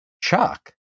chuck